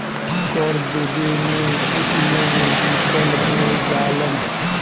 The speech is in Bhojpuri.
कर देबे में कुछ लोग विफल हो जालन